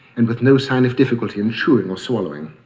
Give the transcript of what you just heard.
and with no sign of difficulty in chewing or swallowing.